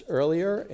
earlier